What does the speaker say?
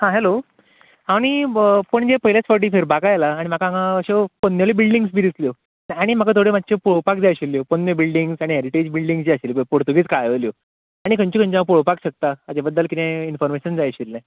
आं हॅलो हांव नी पणजे पयलेच फावटी फिरपाक आयलां आनी म्हाका हांगा अश्यो पन्नेल्यो बिल्डींग्स बी दिसल्यो आनी म्हाका थोड्यो पळोवपाक जाय आशिल्ल्यो पोरण्यो बिल्डींग्स आनी हॅरिटेज बिल्डींग्स तश्यो आशिल्ल्यो पळय पुर्तूगीज काळा वयल्यो आनी खंयच्यो खंयच्यो हांव पळोवपाक शकतां हाचें बद्दल कितें इनफॉर्मेशन जाय आशिल्ले